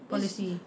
policy